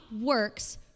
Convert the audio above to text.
works